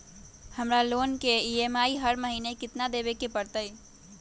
हमरा लोन के ई.एम.आई हर महिना केतना देबे के परतई?